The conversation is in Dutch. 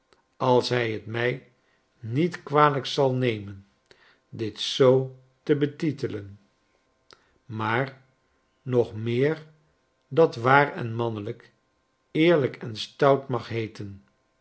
als hij t my niet kwalijk zal nemen dit zoo te betitelen maar nog meer dat waar en mannelyk eerlijk en stout mag heeten